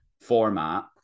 format